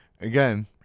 Again